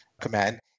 command